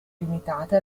limitate